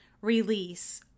release